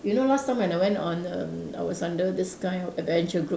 you know last time when I went on a I was under this kind of adventure group